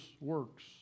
works